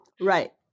Right